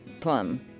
plum